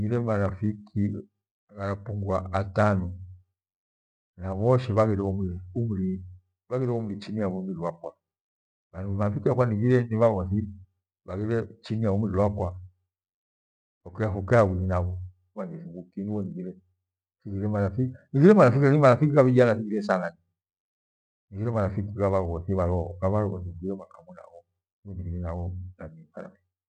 Nighire marafiki gharapungua atanu, nabhoshe bhafhire umri umri umri chini ya umri wakwa. Navaure bhaure umri chini ya umri wakwa fuke haghwihi nava bhanji thiunjkie nighire matatizo matatizo gha bhijana lakini mataatizo gha vijana thighire sananyi. Nighere matatizo gha- gha bhaghothi bharoo ghabhaghothi nighere makamu nabho.